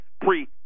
pre